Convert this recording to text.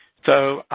so,